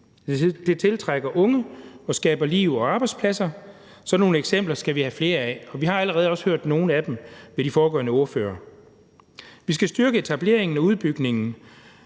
Det tiltrækker unge og skaber liv og arbejdspladser. Sådan nogle eksempler skal vi have flere af, og vi har også allerede hørt om nogle af dem fra de foregående ordførere. Vi skal styrke etableringen og udbygningen